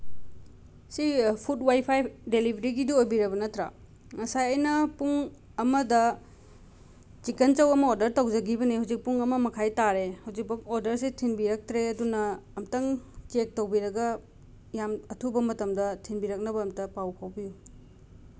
ꯁꯤ food wifi ꯗꯤꯂꯤꯚꯔꯤꯒꯤꯗꯨ ꯑꯣꯏꯕꯤꯔꯕ ꯅꯠꯇ꯭ꯔꯥ ꯉꯁꯥꯏ ꯑꯩꯅ ꯄꯨꯡ ꯑꯃꯗ ꯆꯤꯛꯀꯟ ꯆꯧ ꯑꯃ ꯑꯣꯗꯔ ꯇꯧꯖꯈꯤꯕꯅꯦ ꯍꯧꯖꯤꯛ ꯄꯨꯡ ꯑꯃ ꯃꯈꯥꯏ ꯇꯥꯔꯦ ꯍꯧꯖꯤꯛ ꯐꯥꯎ ꯑꯣꯗꯔꯁꯤ ꯊꯤꯟꯕꯤꯔꯛꯇ꯭ꯔꯦ ꯑꯗꯨꯅ ꯑꯝꯇꯪ ꯆꯦꯛ ꯇꯧꯕꯤꯔꯒ ꯌꯥꯝ ꯑꯊꯨꯕ ꯃꯇꯝꯗ ꯊꯤꯟꯕꯤꯔꯛꯅꯕ ꯑꯝꯇ ꯄꯥꯎ ꯐꯥꯎꯕꯤꯌꯨ